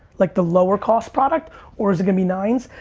like the lower cost product or is it gonna be nines?